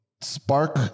spark